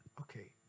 Okay